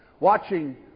watching